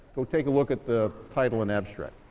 go take a look at the title and abstract.